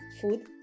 food